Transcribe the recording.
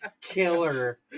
killer